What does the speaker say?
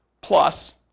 Plus